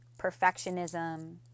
perfectionism